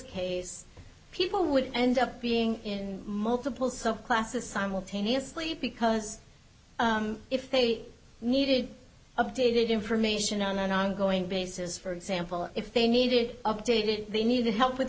case people would end up being multiple so classes simultaneously because if they needed updated information on an ongoing basis for example if they needed updated they needed help with